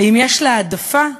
אם יש לה העדפה,